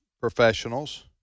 professionals